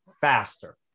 faster